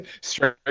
Straight